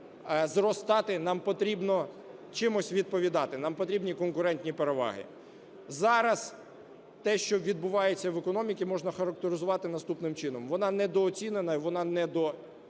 зростати, нам потрібно чимось відповідати. Нам потрібні конкурентні переваги. Зараз те, що відбувається в економіці, можна характеризувати наступним чином: вона недооцінена і вона